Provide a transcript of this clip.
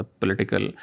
political